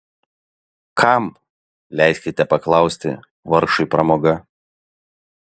kam leiskite paklausti vargšui pramoga